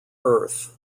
earth